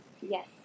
Yes